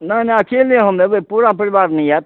नहि नहि अकेले हम अयबै पूरा परिवार नहि आएब